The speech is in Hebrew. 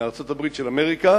מארצות-הברית של אמריקה,